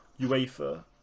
UEFA